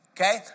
okay